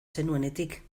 zenuenetik